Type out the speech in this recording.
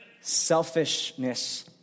selfishness